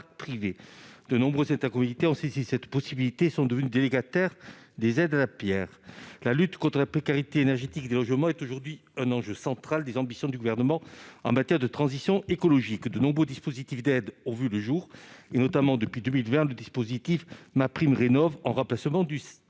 privé. De nombreuses intercommunalités ont saisi cette possibilité et sont devenues délégataires des aides à la pierre. La lutte contre la précarité énergétique des logements est aujourd'hui un enjeu central des ambitions du Gouvernement en matière de transition écologique. De nombreux dispositifs d'aide ont vu le jour, notamment, depuis 2020, le dispositif MaPrimeRenov', en remplacement du